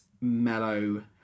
Mellow